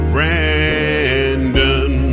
Brandon